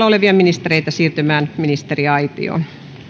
olevia ministereitä siirtymään ministeriaitioon